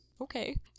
okay